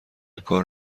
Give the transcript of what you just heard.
کار